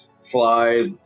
fly